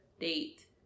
date